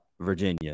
virginia